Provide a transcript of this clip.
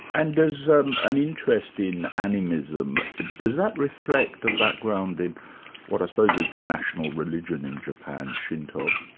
and does an interest in animism does that reflect a background in what i suppose is the national religion in japan, shinto?